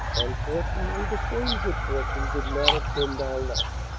ltnfortunately the same good fortune did not attend our left.